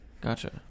Gotcha